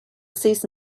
cease